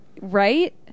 right